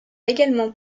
également